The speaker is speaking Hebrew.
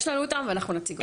יש לנו אותם ואנחנו נציג אותם.